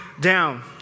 down